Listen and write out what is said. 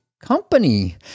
company